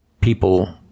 people